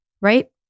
right